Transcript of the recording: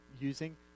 using